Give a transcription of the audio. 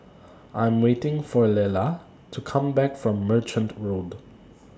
I Am waiting For Lelah to Come Back from Merchant Road